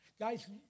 Guys